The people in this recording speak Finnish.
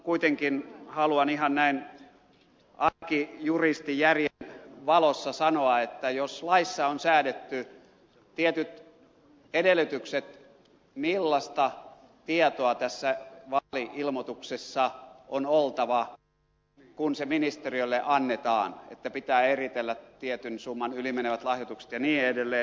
kuitenkin haluan ihan näin arkijuristijärjen valossa sanoa että jos laissa on säädetty tietyt edellytykset millaista tietoa tässä vaali ilmoituksessa on oltava kun se ministeriölle annetaan että pitää eritellä tietyn summan yli menevät lahjoitukset ja niin edelleen